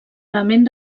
element